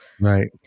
Right